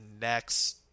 next